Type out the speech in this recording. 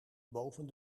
boven